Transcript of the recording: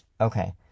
Okay